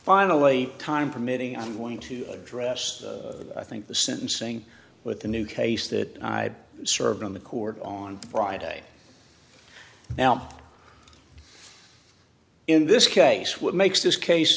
finally time permitting on one to address i think the sentencing with the new case that i served on the court on friday now in this case what makes this case